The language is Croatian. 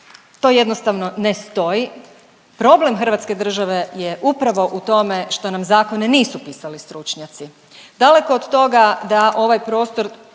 to jednostavno ne stoji. Problem Hrvatske države je upravo u tome što nam zakone nisu pisali stručnjaci. Daleko od toga da ovaj prostor